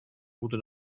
route